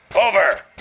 Over